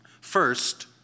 First